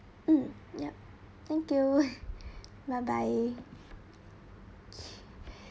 mm yup thank you bye bye